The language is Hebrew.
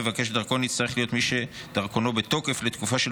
מבקש דרכון יצטרך להיות מי שדרכונו בתוקף לתקופה של